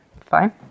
fine